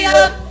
up